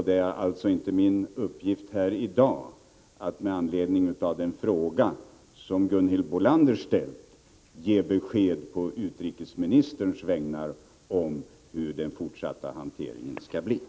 Det är alltså inte min uppgift här i dag att, med anledning av den interpellation som Gunhild Bolander ställt, ge besked å utrikesministerns vägnar om hur den fortsatta hanteringen skall utformas.